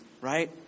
right